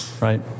Right